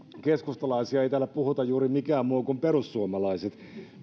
keskustalaisia ei täällä puhuta juuri mikään muu kuin perussuomalaiset